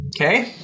Okay